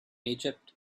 egypt